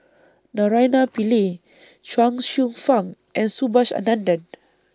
Naraina Pillai Chuang Hsueh Fang and Subhas Anandan